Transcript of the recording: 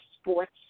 sports